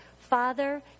father